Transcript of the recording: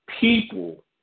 people